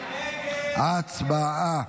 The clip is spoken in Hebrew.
הצבעה.